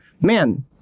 Man